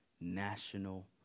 national